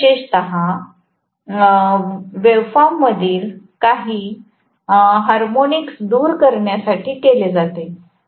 हे विशेषतः वेव्हफॉर्ममधील काही हार्मोनिक्स दूर करण्यासाठी केले जाते